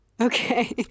Okay